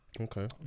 Okay